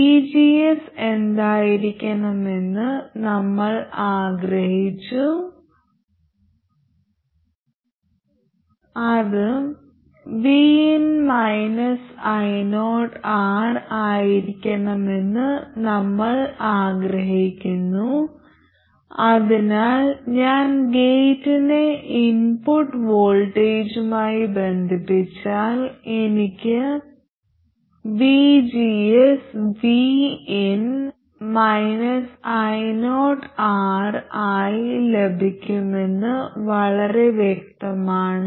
vgs എന്തായിരിക്കണമെന്ന് നമ്മൾ ആഗ്രഹിച്ചു അത് vin ioR ആയിരിക്കണമെന്ന് നമ്മൾ ആഗ്രഹിക്കുന്നു അതിനാൽ ഞാൻ ഗേറ്റിനെ ഇൻപുട്ട് വോൾട്ടേജുമായി ബന്ധിപ്പിച്ചാൽ എനിക്ക് vgs vin ioR ആയി ലഭിക്കുമെന്ന് വളരെ വ്യക്തമാണ്